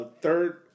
Third